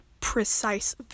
precise